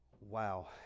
wow